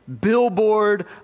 billboard